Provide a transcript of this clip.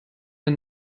der